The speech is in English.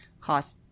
cost